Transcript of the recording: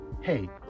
hey